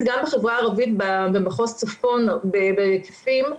גם בחברה הערבית במחוז צפון בהיקפים,